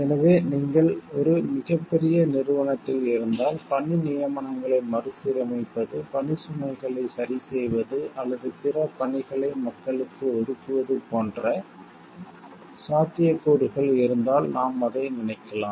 எனவே நீங்கள் ஒரு மிகப் பெரிய நிறுவனத்தில் இருந்தால் பணி நியமனங்களை மறுசீரமைப்பது பணிச்சுமைகளை சரிசெய்வது அல்லது பிற பணிகளை மக்களுக்கு ஒதுக்குவது போன்ற சாத்தியக்கூறுகள் இருந்தால் நாம் அதை நினைக்கலாம்